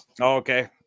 okay